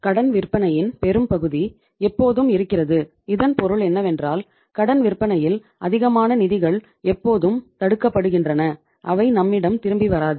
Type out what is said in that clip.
கடன் விற்பனையின் பெரும்பகுதி எப்போதும் இருக்கிறது இதன் பொருள் என்னவென்றால் கடன் விற்பனையில் அதிகமான நிதிகள் எப்போதும் தடுக்கப்படுகின்றன அவை நம்மிடம் திரும்பி வராது